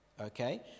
Okay